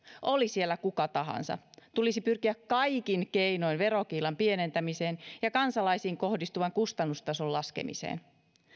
oli siellä kuka tahansa tulisi pyrkiä kaikin keinoin verokiilan pienentämiseen ja kansalaisiin kohdistuvan kustannustason laskemiseen